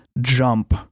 jump